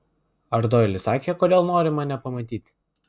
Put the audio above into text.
ar doilis sakė kodėl nori mane pamatyti